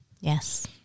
Yes